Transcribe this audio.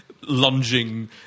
lunging